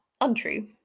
untrue